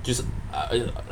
就是